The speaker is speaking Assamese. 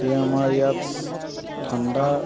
এতিয়া আমাৰ ইয়াত ঠাণ্ডা